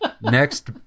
Next